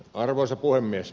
arvoisa puhemies